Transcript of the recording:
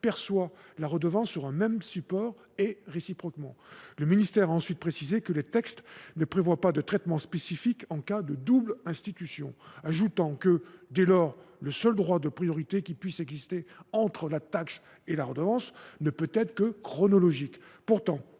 perçoit la redevance sur un même support, et réciproquement ». Il précise ensuite que « les textes ne prévoient pas de traitement spécifique en cas de double institution », ajoutant que, dès lors, « le seul droit de priorité qui puisse exister entre la taxe et la redevance ne peut être que chronologique